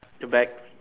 you back